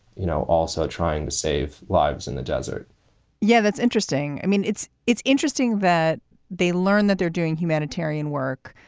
you know, also trying to save lives in the desert yeah, that's interesting. i mean, it's it's interesting that they learn that they're doing humanitarian work.